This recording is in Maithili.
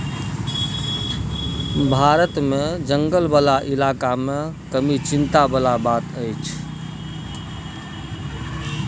भारत मे जंगल बला इलाका मे कमी चिंता बला बात छै